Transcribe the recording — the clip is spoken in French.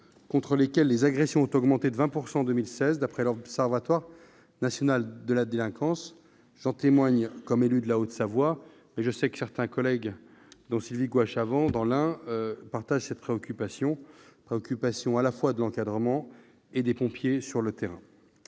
contre lesquels les agressions ont augmenté de 20 % en 2016 d'après l'Observatoire national de la délinquance. J'en témoigne comme élu de la Haute-Savoie, mais je sais que certains de nos collègues, dont Sylvie Goy-Chavent, élue de l'Ain, partagent aussi les préoccupations qu'expriment à la fois les pompiers sur le terrain